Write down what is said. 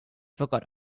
forgot